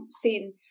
seen